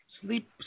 sleep